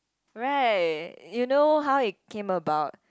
right you know how it came about